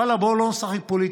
ואללה, בואו לא נשחק פוליטיקה.